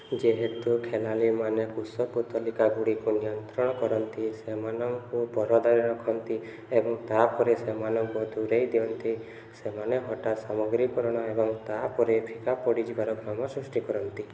ଯେହେତୁ ଖେଳାଳିମାନେ କୁଶପୁତ୍ତଳିକା ଗୁଡ଼ିକୁ ନିୟନ୍ତ୍ରଣ କରନ୍ତି ସେମାନଙ୍କୁ ପରଦାରେ ରଖନ୍ତି ଏବଂ ତା'ପରେ ସେମାନଙ୍କୁ ଦୂରାଇ ଦିଅନ୍ତି ସେମାନେ ହଠାତ୍ ସାମଗ୍ରୀକରଣ ଏବଂ ତା'ପରେ ଫିକା ପଡ଼ିଯିବାର ଭ୍ରମ ସୃଷ୍ଟି କରନ୍ତି